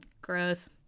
Gross